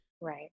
Right